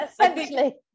essentially